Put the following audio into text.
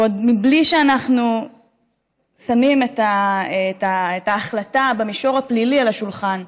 ועוד בלי שאנחנו שמים את ההחלטה במישור הפלילי על השולחן,